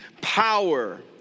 power